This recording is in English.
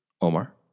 Omar